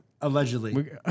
allegedly